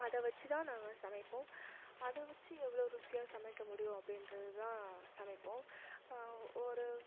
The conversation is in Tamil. அதை வச்சு தான் நாங்கள் சமைப்போம் அதை வச்சு எவ்வளோ ருசியாக சமைக்க முடியும் அப்படின்றது தான் சமைப்போம் ஒரு